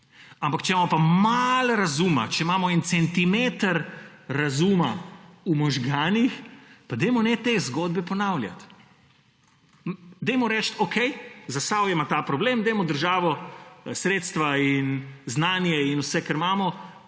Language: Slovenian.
Ampak, če imamo pa malo razuma, če imamo en centimeter razuma v možganih, pa te zgodbe ne ponavljajmo. Recimo: okej, Zasavje ima ta problem, dajmo državo, sredstva in znanje in vse, kar imamo,